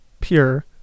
pure